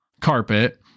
carpet